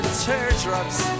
teardrops